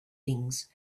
things